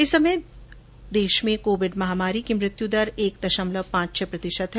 इस समय देश में कोविड महामारी की मृत्यु दर एक दशमलव पांच छह प्रतिशत है